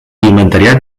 inventariat